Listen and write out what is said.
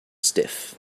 stiff